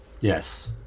Yes